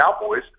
Cowboys